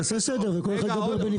אדוני, תעשה סדר, שכל אחד ידבר בנפרד.